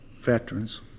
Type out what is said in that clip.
veterans